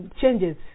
changes